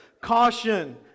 caution